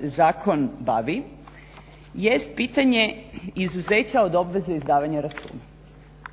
zakon bavi jest pitanje izuzeća od obveze izdavanja računa,